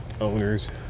owners